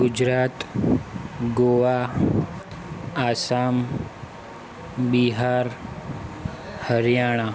Gujarat Goa Assam Bihar Haryana